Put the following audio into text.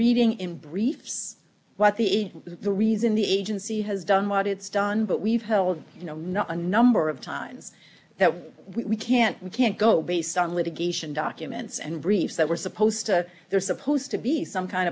reading in briefs what the the reason the agency has done what it's done but we've held you know not a number of times that we can't we can't go based on litigation documents and briefs that we're supposed to there's supposed to be some kind